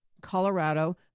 Colorado